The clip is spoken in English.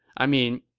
i mean,